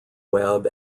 web